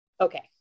Okay